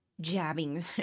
jabbing